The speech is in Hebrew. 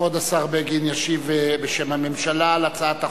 כבוד השר בגין ישיב בשם הממשלה על הצעת החוק.